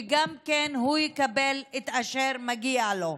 וגם שהוא יקבל את אשר מגיע לו.